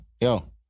yo